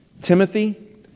Timothy